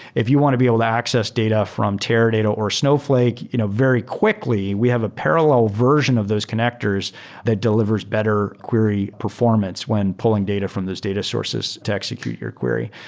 if you want to be able to access data from teradata or snowflake you know very quickly, we have a parallel version of those connectors that delivers better query performance when pulling data from those data sources to execute your query.